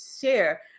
share